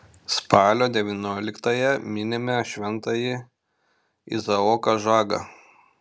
spalio devynioliktąją minime šventąjį izaoką žagą